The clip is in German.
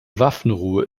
waffenruhe